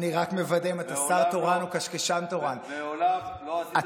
מסיבות בעולם על חשבון מדינת ישראל, זה מה שעשית.